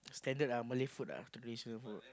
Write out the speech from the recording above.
standard ah Malay food ah traditional food